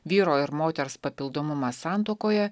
vyro ir moters papildomumą santuokoje